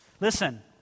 Listen